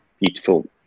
beautiful